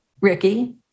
Ricky